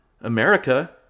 America